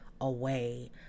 away